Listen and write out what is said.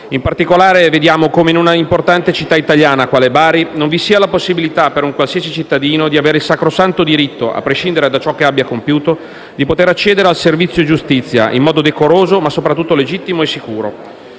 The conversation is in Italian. In particolare, vediamo come in una importante città italiana quale Bari non vi sia la possibilità, per un qualsiasi cittadino, di avere il sacrosanto diritto, a prescindere da ciò che abbia compiuto, di poter accedere al servizio giustizia in modo decoroso, ma soprattutto legittimo e sicuro.